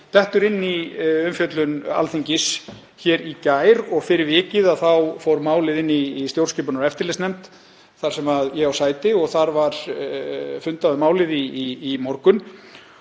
dettur inn í umfjöllun Alþingis í gær og fyrir vikið fór málið inn í stjórnskipunar- og eftirlitsnefnd þar sem ég á sæti. Þar var fundað um málið í morgun